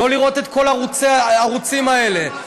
לא לראות את כל הערוצים האלה,